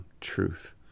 truth